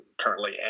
currently